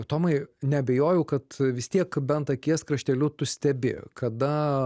tomai neabejoju kad vis tiek bent akies krašteliu tu stebi kada